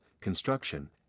construction